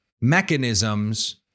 mechanisms